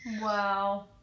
Wow